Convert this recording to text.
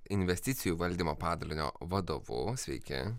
investicijų valdymo padalinio vadovu sveiki